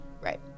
Right